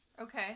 Okay